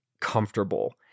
comfortable